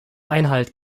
einhalt